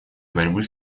борьбы